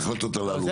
ההחלטות הללו?